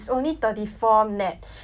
plus the good thing is right ah